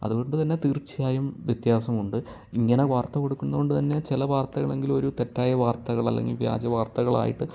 അതുകൊണ്ടുതന്നെ തീർച്ചയായും വ്യത്യാസമുണ്ട് ഇങ്ങനെ വാർത്ത കൊടുക്കുന്നത് കൊണ്ട് തന്നെ ചില വാർത്തകളെങ്കിലും ഒരു തെറ്റായ വാർത്തകൾ അല്ലെങ്കിൽ വ്യാജ വാർത്തകൾ ആയിട്ട്